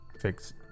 Fix